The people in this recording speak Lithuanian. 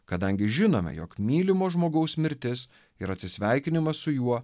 kadangi žinome jog mylimo žmogaus mirtis ir atsisveikinimas su juo